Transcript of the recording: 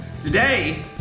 Today